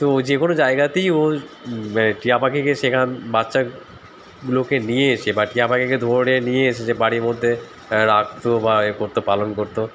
তো ও যে কোনো জায়গাতেই ও টিয়া পাখিকে সেখান বাচ্চাগুলোকে নিয়ে এসে বা টিয়া পাখিকে ধরে নিয়ে এসে যে বাড়ির মধ্যে রাখত বা এ করতো পালন করতো